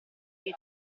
che